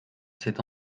cet